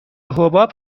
حباب